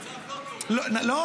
--- לא.